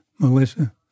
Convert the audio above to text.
Melissa